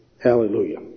Hallelujah